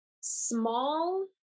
small